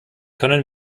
können